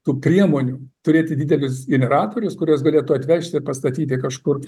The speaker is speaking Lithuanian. tų priemonių turėti didelius generatorius kuriuos galėtų atvežti pastatyti kažkur